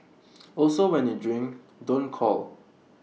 also when you drink don't call